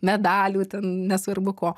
medalių ten nesvarbu ko